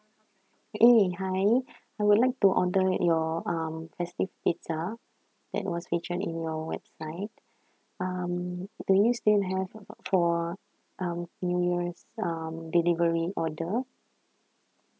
eh hi I would like to order your um festive pizza that was featured in your website um do you still have for um new year's um delivery order